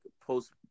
post